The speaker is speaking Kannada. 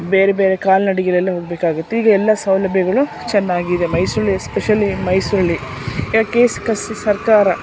ಬೇರೆ ಬೇರೆ ಕಾಲ್ನಡಿಗೆ ಅಲ್ಲೆಲ್ಲ ಹೋಗಬೇಕಾಗಿತ್ತು ಈಗ ಎಲ್ಲ ಸೌಲಭ್ಯಗಳು ಚೆನ್ನಾಗಿದೆ ಮೈಸೂರಲ್ಲಿ ಎಸ್ಪೆಷಲಿ ಮೈಸೂರಲ್ಲಿ ಕೆ ಎಸ್ ಕಸ್ಸಿ ಸರ್ಕಾರ